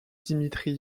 dimitri